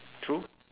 true